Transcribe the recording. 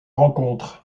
rencontre